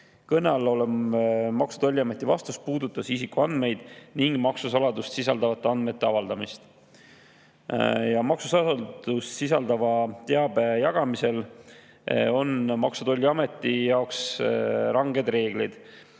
Kõne all olev Maksu‑ ja Tolliameti vastus puudutas isikuandmeid ning maksusaladust sisaldavate andmete avaldamist. Maksusaladust sisaldava teabe jagamisel on Maksu‑ ja Tolliameti jaoks ranged reeglid.